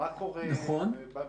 מה קורה בתווך?